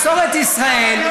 מסורת ישראל,